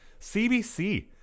CBC